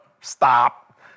stop